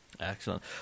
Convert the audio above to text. Excellent